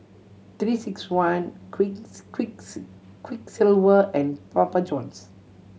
Three Six One Quick Quick Quiksilver and Papa Johns